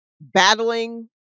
battling